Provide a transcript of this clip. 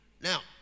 Now